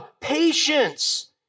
Patience